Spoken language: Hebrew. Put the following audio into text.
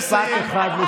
די, מספיק.